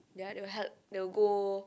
ya they will help they will go